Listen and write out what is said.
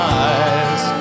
eyes